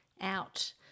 out